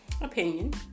Opinion